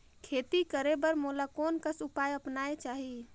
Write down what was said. खेती करे बर मोला कोन कस उपाय अपनाये चाही?